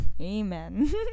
Amen